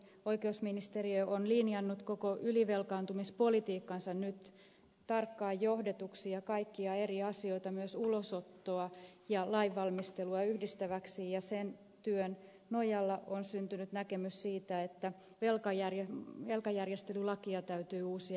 oikeusministeriö on linjannut koko ylivelkaantumispolitiikkansa nyt tarkkaan johdetuksi ja kaikkia eri asioita myös ulosottoa ja lainvalmistelua yhdistäväksi ja sen työn nojalla on syntynyt näkemys siitä että velkajärjestelylakia täytyy uusia